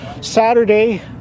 Saturday